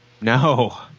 No